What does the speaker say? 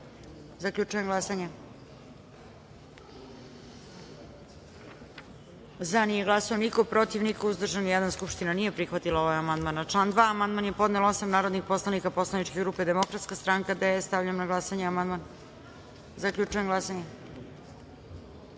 amandman. Zaključujem glasanje: za – niko, protiv – niko, uzdržan – jedan. Skupština nije prihvatila ovaj amandman. Na član 2. amandman je podnelo osam narodnih poslanika poslaničke grupe Demokratska stanka - DS.Stavljam na glasanje amandman. Zaključujem glasanje: